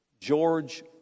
George